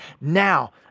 Now